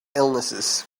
illnesses